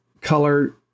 color